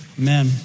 Amen